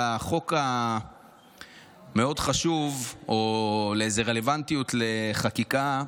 לחוק המאוד-חשוב או לאיזו רלוונטיות לחקיקה,